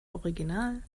original